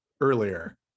earlier